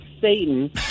Satan